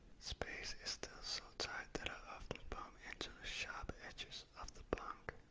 space is still so tight that i often bump into the sharp edges of the bunk.